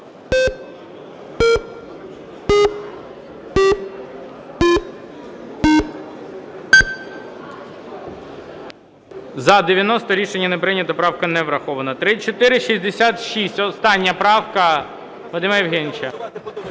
За-90 Рішення не прийнято. Правка не врахована. 3466, остання правка Вадима Євгеновича.